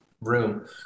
room